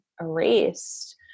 erased